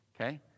Okay